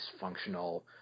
functional